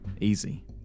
easy